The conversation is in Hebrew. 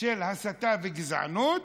של הסתה וגזענות,